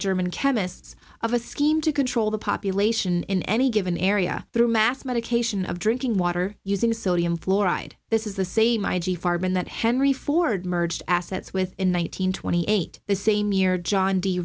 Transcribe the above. german chemists of a scheme to control the population in any given area through mass medication of drinking water using sodium fluoride this is the same i g farben that henry ford merged assets with in one nine hundred twenty eight the same year john d